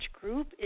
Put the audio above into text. group